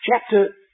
Chapter